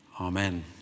amen